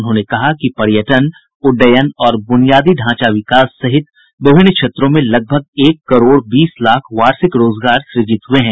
उन्होंने कहा कि पर्यटन उड्डयन और बुनियादी ढांचा विकास सहित विभिन्न क्षेत्रों में लगभग एक करोड़ बीस लाख वार्षिक रोजगार सूजित हुए हैं